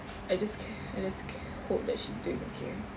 I just care I just care hope that she's doing okay